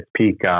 peak